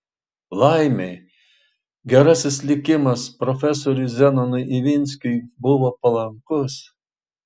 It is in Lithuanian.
laimei gerasis likimas profesoriui zenonui ivinskiui buvo palankus